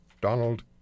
Donald